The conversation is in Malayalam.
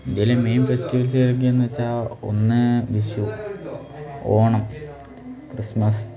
ഇന്ത്യയിലെ മെയിൻ ഫെസ്റ്റിവെൽസ് ഏതൊക്കെയെന്നു വെച്ചാൽ ഒന്ന് വിഷു ഓണം ക്രിസ്മസ്